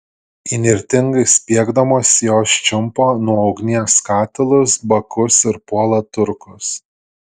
įnirtingai spiegdamos jos čiumpa nuo ugnies katilus bakus ir puola turkus